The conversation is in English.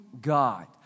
God